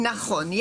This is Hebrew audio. נכון,